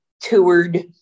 toured